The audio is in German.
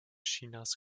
chinas